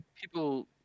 people